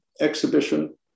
exhibition